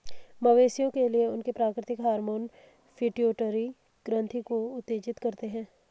मवेशियों के लिए, उनके प्राकृतिक हार्मोन पिट्यूटरी ग्रंथि को उत्तेजित करते हैं